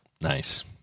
nice